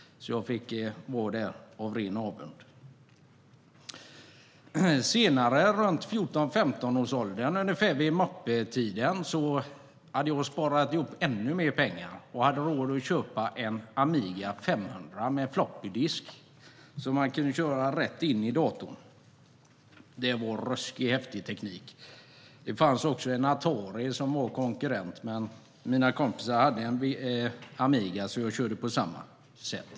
Men jag fick vara där av ren avund. Ett par år senare, ungefär i moppeåldern, hade jag sparat ihop ännu mer pengar och hade råd att köpa en Amiga 500 med floppydisk som man kunde köra rätt in i datorn. Det var ruskigt häftig teknik. Det fanns också en Atari som var konkurrent. Men mina kompisar hade en Amiga, så jag körde på samma sätt.